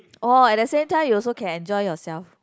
orh at the same time you also can enjoy yourself